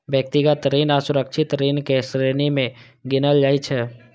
व्यक्तिगत ऋण असुरक्षित ऋण के श्रेणी मे गिनल जाइ छै